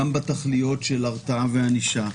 גם בתכליות של הרתעה וענישה,